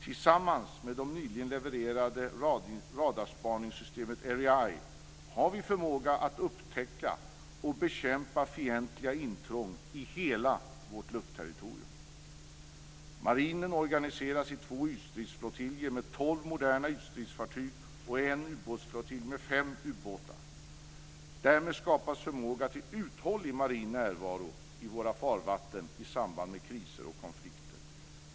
Tillsammans med det nyligen levererade radarspaningssystemet Erieye har vi förmåga att upptäcka och bekämpa fientliga intrång i hela vårt luftterritorium. Marinen organiseras i två ytstridsflottiljer med tolv moderna ytstridsfartyg och en ubåtsflottilj med fem ubåtar. Därmed skapas förmåga till uthållig marin närvaro i våra farvatten i samband med kriser och konflikter.